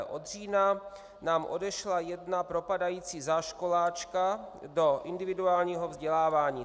Od října nám odešla jedna propadající záškolačka do individuálního vzdělávání.